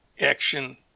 action